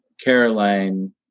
Caroline